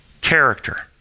character